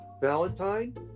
Valentine